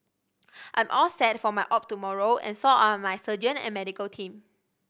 I'm all set for my op tomorrow and so are my surgeon and medical team